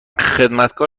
خدمتکار